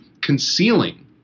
concealing